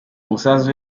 umusanzu